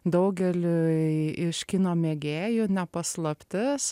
daugeliui iš kino mėgėjų ne paslaptis